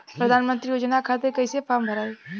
प्रधानमंत्री योजना खातिर कैसे फार्म भराई?